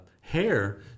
Hair